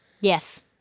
Yes